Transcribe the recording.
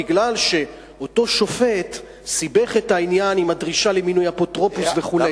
מפני שאותו שופט סיבך את העניין עם הדרישה למינוי אפוטרופוס וכו'.